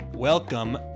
Welcome